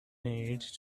need